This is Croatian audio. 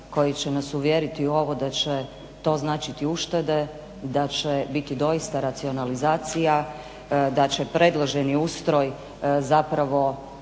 koji će nas uvjeriti u ovo da će to značiti uštede i da će biti doista racionalizacija, da će predloženi ustroj zapravo